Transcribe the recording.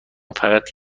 فقط